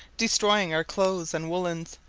destroying your clothes and woollens,